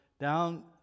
down